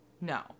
no